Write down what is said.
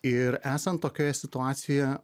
ir esant tokioje situacijoje